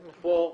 נכון.